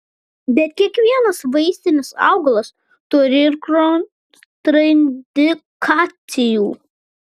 bet kiekvienas vaistinis augalas turi ir kontraindikacijų